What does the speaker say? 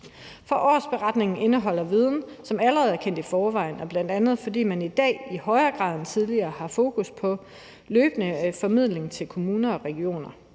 for årsberetningen indeholder viden, som allerede er kendt i forvejen, bl.a. fordi man i dag i højere grad end tidligere har fokus på løbende formidling til kommuner og regioner.